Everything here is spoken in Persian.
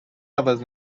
عوض